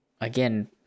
again